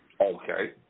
Okay